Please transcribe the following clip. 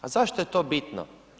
A zašto je to bitno?